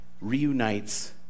reunites